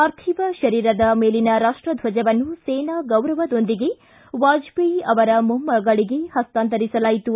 ಪಾರ್ಥಿವ ಕರೀರದ ಮೇಲಿನ ರಾಷ್ಟ ಧ್ವಜವನ್ನು ಸೇನಾ ಗೌರವದೊಂದಿಗೆ ವಾಜಪೇಯಿ ಅವರ ಮೊಮ್ಗಳಿಗೆ ಹುತ್ತಾಂತರಿಸಲಾಯಿತು